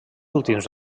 últims